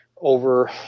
over